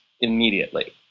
immediately